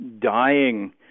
dying